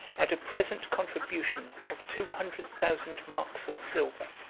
and a present contribution of two hundred thousand marks of silver